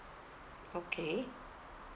okay